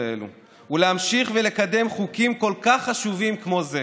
האלה ולהמשיך לקדם חוקים חשובים כל כך כמו זה,